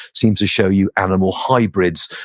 seems to show you animal hybrids.